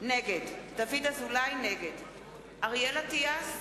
נגד אריאל אטיאס,